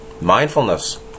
Mindfulness